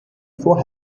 vor